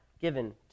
given